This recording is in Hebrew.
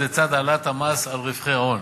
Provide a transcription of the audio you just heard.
לצד העלאת המס על רווחי הון.